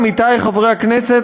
עמיתי חברי הכנסת,